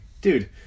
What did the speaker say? dude